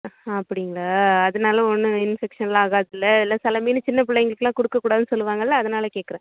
ஆ அப்படிங்ளா அதனால் ஒன்றும் இன்ஃபெக்சன் எல்லாம் ஆகாதுல்ல இல்லை சில மீன் சின்ன பிள்ளைங்களுக்கெல்லாம் கொடுக்கக்கூடாதுன்னு சொல்லுவாங்கல்ல அதனால் கேட்குறேன்